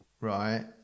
right